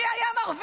מי היה מרוויח?